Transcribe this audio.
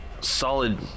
solid